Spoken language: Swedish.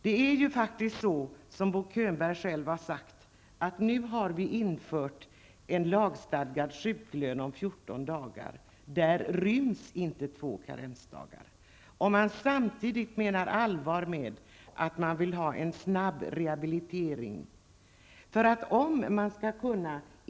Det är ju faktiskt så, som Bo Könberg själv har sagt, att vi nu har infört en lagstadgad sjuklön under 14 dagar. Där ryms inte två karensdagar, om man samtidigt menar allvar med att man vill ha en snabb rehabilitering.